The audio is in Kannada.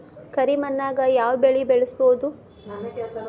ಕರಿ ಮಣ್ಣಾಗ್ ಯಾವ್ ಬೆಳಿ ಬೆಳ್ಸಬೋದು?